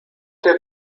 der